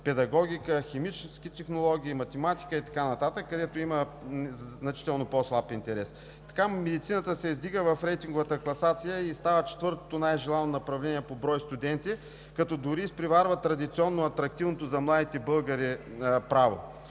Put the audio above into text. педагогика, химически технологии, математика и така нататък, където има значително по-слаб интерес. Така медицината се издига в рейтинговата класация и става четвъртото най-желано направление по брой студенти, като дори изпреварва традиционно атрактивното за младите българи „Право“.